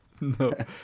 No